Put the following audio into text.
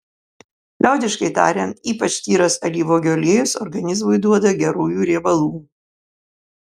liaudiškai tariant ypač tyras alyvuogių aliejus organizmui duoda gerųjų riebalų